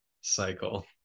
cycle